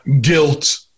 guilt